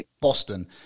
Boston